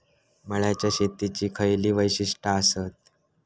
मळ्याच्या शेतीची खयची वैशिष्ठ आसत?